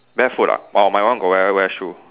barefoot ah orh my one got wear wear shoe